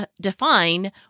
define